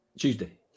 Tuesday